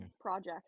project